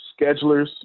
schedulers